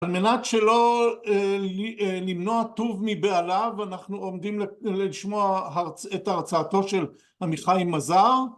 על מנת שלא למנוע טוב מבעליו אנחנו עומדים לשמוע את הרצאתו של עמיחי מזר